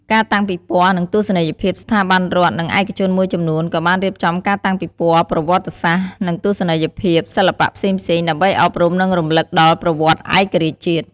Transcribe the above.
ការតាំងពិព័រណ៍ និងទស្សនីយភាព ស្ថាប័នរដ្ឋ និងឯកជនមួយចំនួនក៏បានរៀបចំការតាំងពិព័រណ៍ប្រវត្តិសាស្ត្រ និងទស្សនីយភាពសិល្បៈផ្សេងៗ ដើម្បីអប់រំ និងរំលឹកដល់ប្រវត្តិឯករាជ្យជាតិ។